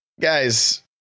guys